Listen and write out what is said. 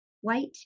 white